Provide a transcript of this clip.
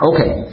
Okay